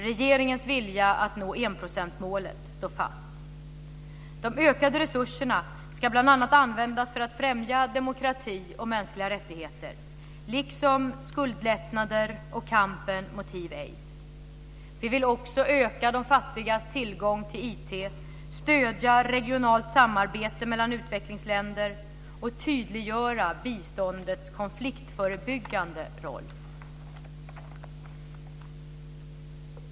Regeringens vilja att nå enprocentsmålet står fast. De ökade resurserna ska bl.a. användas för att främja demokrati och mänskliga rättigheter liksom skuldlättnader och kampen mot hiv/aids. Vi vill också öka de fattigas tillgång till IT, stödja regionalt samarbete mellan utvecklingsländer och tydliggöra biståndets konfliktförebyggande roll.